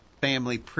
family